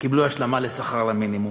קיבלו השלמה לשכר המינימום,